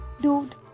Dude